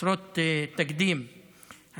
חסרות תקדים,